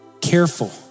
careful